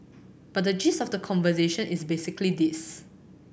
but the gist of the conversation is basically this